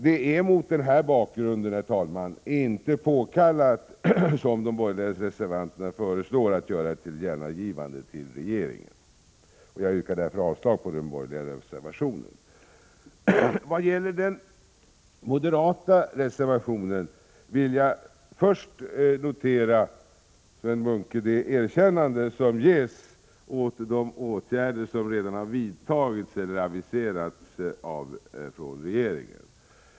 Det är mot den här bakgrunden, herr talman, inte påkallat, som de borgerliga reservanterna föreslår, att göra ett tillkännagivande till regeringen. Jag yrkar därför avslag på den borgerliga reservationen. Vad gäller den moderata reservationen vill jag först notera det erkännande, Sven Munke, som ges åt de åtgärder som redan har vidtagits eller aviserats från regeringen.